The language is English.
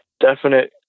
definite